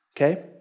Okay